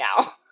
now